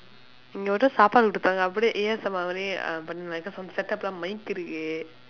இங்கே மட்டும் சாப்பாடு கொடுத்தாங்க அப்படியே:ingkee matdum saapaadu koduththaangkee appadiyee A_S_M_R பண்ணி:panni set up எல்லாம்:ellaam mic இருக்கு:irukku